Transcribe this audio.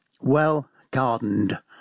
Well-Gardened